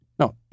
No